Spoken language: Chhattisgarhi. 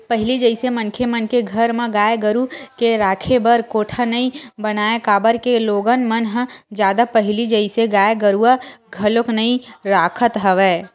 पहिली जइसे मनखे मन के घर म गाय गरु के राखे बर कोठा नइ बनावय काबर के लोगन मन ह जादा पहिली जइसे गाय गरुवा घलोक नइ रखत हवय